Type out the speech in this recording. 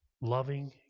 loving